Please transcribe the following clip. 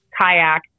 kayak